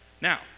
Now